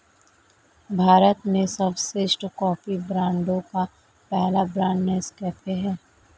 भारत में सर्वश्रेष्ठ कॉफी ब्रांडों का पहला ब्रांड नेस्काफे है